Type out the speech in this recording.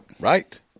Right